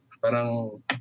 Parang